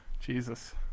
jesus